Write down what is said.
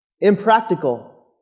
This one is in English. impractical